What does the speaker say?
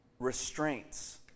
restraints